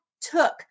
took